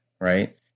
right